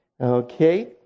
Okay